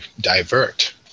divert